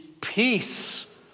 peace